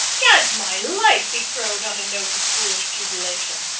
gad's my life! he crowed on a note of foolish jubilation.